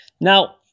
Now